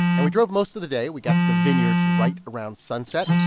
and we drove most of the day. we got to the vineyards right around sunset.